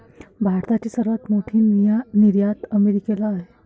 भारताची सर्वात मोठी निर्यात अमेरिकेला आहे